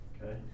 Okay